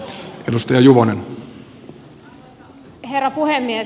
arvoisa herra puhemies